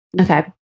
okay